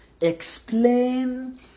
explain